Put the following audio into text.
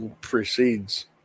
precedes